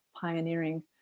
pioneering